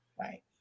Right